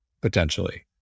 Potentially